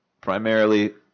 primarily